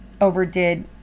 overdid